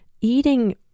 eating